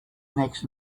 next